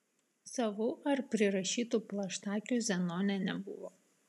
savų ar prirašytų plaštakių zenone nebuvo